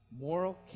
moral